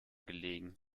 gelegen